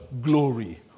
glory